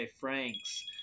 Franks